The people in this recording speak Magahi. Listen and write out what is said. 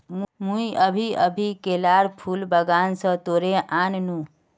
मुई अभी अभी केलार फूल बागान स तोड़े आन नु